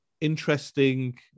Interesting